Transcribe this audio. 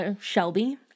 Shelby